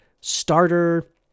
starter